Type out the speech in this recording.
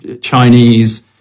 Chinese